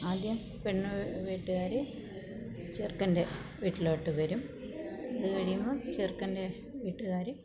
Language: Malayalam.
ആദ്യം പെണ്ണ് വീട്ടുകാർ ചെറുക്കൻ്റെ വീട്ടിലോട്ട് വരും അതുകഴിയുമ്പോൾ ചെറുക്കൻ്റെ വീട്ടുകാർ